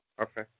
okay